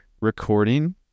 recording